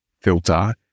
filter